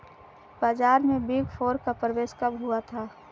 बाजार में big four का प्रवेश कब हुआ था?